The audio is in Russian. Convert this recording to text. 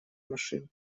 машин